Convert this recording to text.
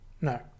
No